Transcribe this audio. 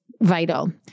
vital